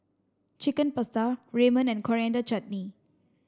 Chicken Pasta Ramen and Coriander Chutney